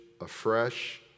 afresh